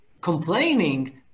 complaining